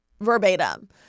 verbatim